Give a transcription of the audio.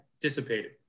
Dissipated